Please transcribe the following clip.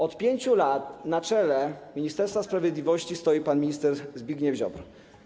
Od 5 lat na czele Ministerstwa Sprawiedliwości stoi pan minister Zbigniew Ziobro.